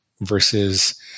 versus